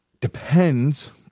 depends